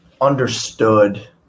understood